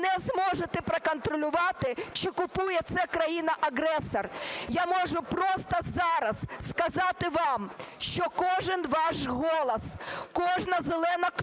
ви не зможете проконтролювати чи купує це країна-агресор. Я можу просто зараз сказати вам, що кожен ваш голос, кожна зелена кнопка,